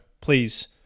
please